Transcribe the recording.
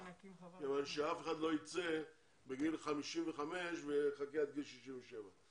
שאף אחד לא ייצא בגיל 55 ויחכה עד גיל 67,